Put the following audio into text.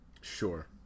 sure